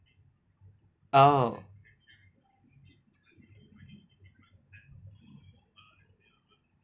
oh